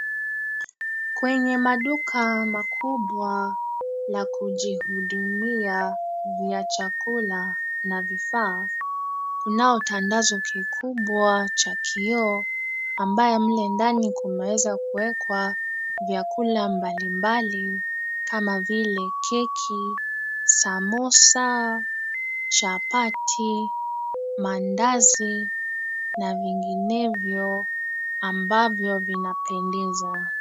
Kwenye maduka makubwa la kujihudumia vya chakula na vifaa, kunao tandazo kikubwa cha kioo ambayo mle ndani kumeweza kuwekwa vyakula mbalimbali kama vile keki, samosa, chapati, mandazi na vinginevyo ambavyo vinapendeza.